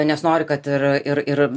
nes nori kad ir ir ir